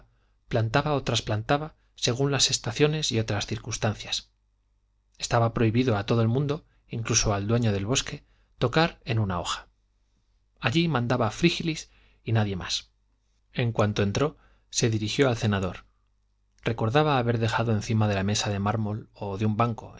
plantaba o trasplantaba según las estaciones y otras circunstancias estaba prohibido a todo el mundo incluso al dueño del bosque tocar en una hoja allí mandaba frígilis y nadie más en cuanto entró se dirigió al cenador recordaba haber dejado encima de la mesa de mármol o de un banco